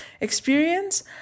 experience